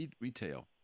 retail